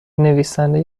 نویسنده